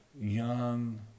young